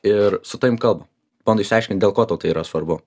ir su tavim kalba bando išsiaiškint dėl ko tau tai yra svarbu